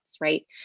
right